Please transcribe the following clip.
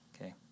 okay